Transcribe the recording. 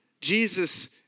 Jesus